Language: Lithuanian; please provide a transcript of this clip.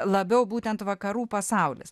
labiau būtent vakarų pasaulis